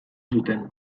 zuten